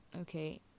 okay